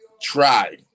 try